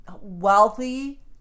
wealthy